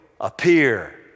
appear